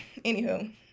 anywho